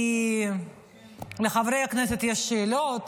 כי לחברי הכנסת יש שאלות,